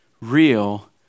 real